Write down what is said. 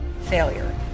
failure